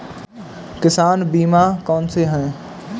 किसान बीमा कौनसे हैं?